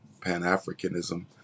Pan-Africanism